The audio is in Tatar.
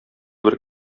бер